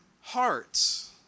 hearts